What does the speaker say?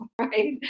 right